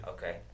Okay